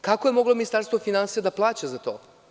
Kako je moglo Ministarstvo finansija da plaća za to?